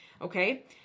Okay